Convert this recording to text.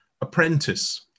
apprentice